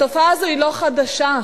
התופעה הזאת אינה חדשה,